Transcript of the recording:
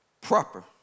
proper